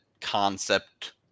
concept